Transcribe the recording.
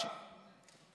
תעבור דף.